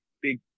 big